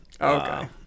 Okay